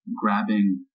grabbing